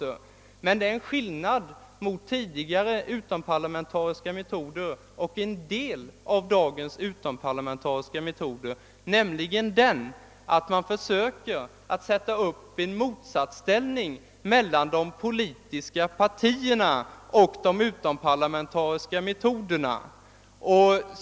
Det föreligger emellertid en skillnad mellan tidigare utomparlamentariska metoder och en del av dagens utomparlamentariska metoder, nämligen den att man ibland försöker göra gällande att det är en motsatsställning mellan de politiska partierna och de utomparlamentariska metoderna.